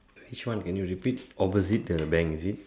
which one can you repeat opposite the bank is it